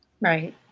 Right